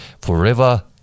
forever